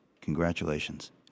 congratulations